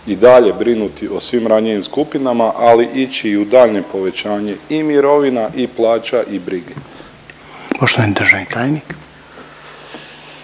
i dalje brinuti o svim ranjivim skupinama ali ići i u daljnje povećanje i mirovina i plaća i brige.